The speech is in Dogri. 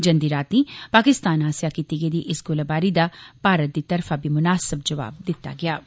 जंदी रातीं पाकिस्तान आसेआ कीती गेदी इस गोलाबारी दा भारत दी तरफा बी मुनासिब जवाब दित्ता गेआ ऐ